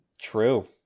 true